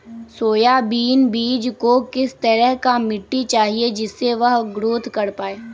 Soybean बीज को किस तरह का मिट्टी चाहिए जिससे वह ग्रोथ कर पाए?